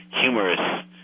humorous